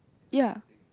ya